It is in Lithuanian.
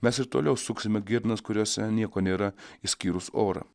mes ir toliau suksime girnas kuriose nieko nėra išskyrus orą